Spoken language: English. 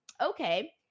Okay